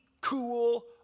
cool